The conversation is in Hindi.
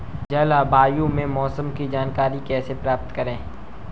जलवायु या मौसम की जानकारी कैसे प्राप्त करें?